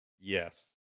Yes